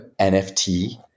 NFT